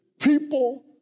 people